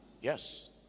Yes